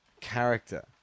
character